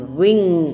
wing